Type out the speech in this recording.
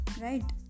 right